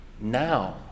now